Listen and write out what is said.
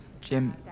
Jim